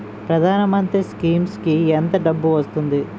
ప్రధాన మంత్రి స్కీమ్స్ కీ ఎంత డబ్బు వస్తుంది?